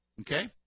Okay